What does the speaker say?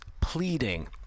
Pleading